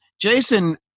Jason